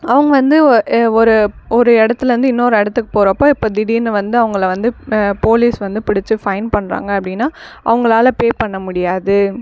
அவங்க வந்து ஒ ரு ஒரு ஒரு இடத்துலந்து இன்னோரு இடத்துக்கு போகிறப்ப இப்போ திடீர்ன்னு வந்து அவங்கள வந்து போலீஸ் வந்து பிடிச்சு ஃபைன் பண்ணுறாங்க அப்படின்னா அவங்களால பே பண்ண முடியாது